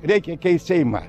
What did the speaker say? reikia keist seimą